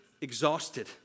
exhausted